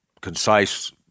concise